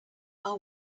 are